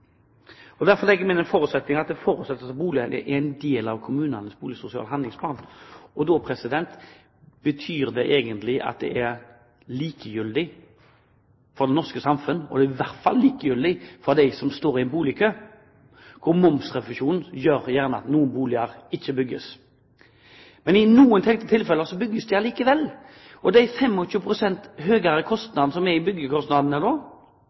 er en del av kommunenes boligsosiale handlingsplan. Det betyr egentlig at det er likegyldig for det norske samfunn, og i hvert fall likegyldig for dem som står i boligkø, hvor momsrefusjonen gjerne gjør at noen boliger ikke bygges. I noen tilfeller bygges de allikevel, og de 25 pst. høyere byggekostnadene som er nå, reflekteres i